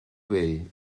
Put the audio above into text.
vell